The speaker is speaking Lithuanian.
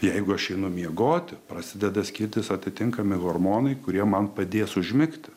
jeigu aš einu miegoti prasideda skirtis atitinkami hormonai kurie man padės užmigti